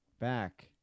back